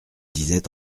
disait